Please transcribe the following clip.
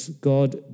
God